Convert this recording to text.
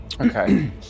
Okay